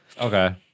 Okay